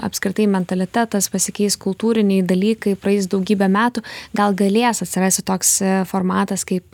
apskritai mentalitetas pasikeis kultūriniai dalykai praeis daugybė metų gal galės atsirasti toks formatas kaip